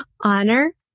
honor